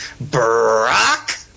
Brock